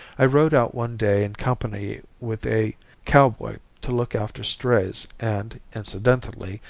i rode out one day in company with a cowboy to look after strays and, incidentally,